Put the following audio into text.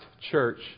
church